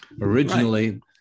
Originally